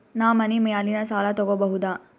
ನಾ ಮನಿ ಮ್ಯಾಲಿನ ಸಾಲ ತಗೋಬಹುದಾ?